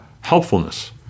helpfulness